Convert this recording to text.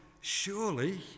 surely